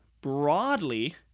broadly